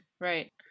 Right